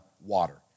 water